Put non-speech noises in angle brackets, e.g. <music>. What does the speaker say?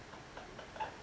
<laughs>